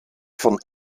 von